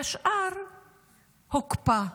והשאר הוקפא.